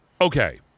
Okay